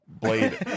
Blade